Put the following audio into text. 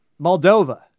Moldova